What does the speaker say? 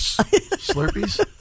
Slurpees